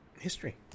history